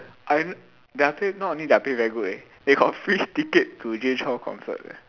I their pay not only their pay very good eh they got free ticket to Jay Chou concert eh